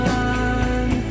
one